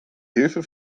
hilfe